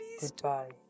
Goodbye